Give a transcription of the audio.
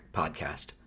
podcast